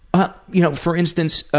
ah you know for instance,